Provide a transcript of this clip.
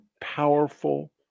powerful